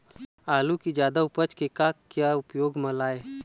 आलू कि जादा उपज के का क्या उपयोग म लाए?